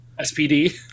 SPD